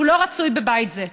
הוא לא רצוי בבית זה.